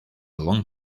long